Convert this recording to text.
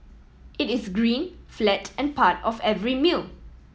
it is green flat and part of every meal